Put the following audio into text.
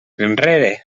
enrere